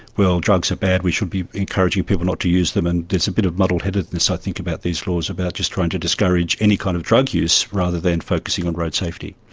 well, drugs are bad, we should be encouraging people not to use them and there's a bit of a muddle-headedness i think about these laws, about just trying to discourage any kind of drug use, rather than focusing on road safety.